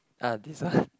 uh this one